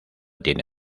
tiene